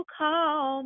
call